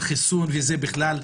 על חיסון - בכלל.